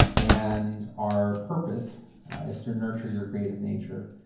and our purpose is to nurture your creative nature.